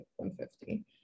150